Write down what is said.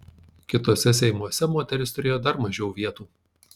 kituose seimuose moterys turėjo dar mažiau vietų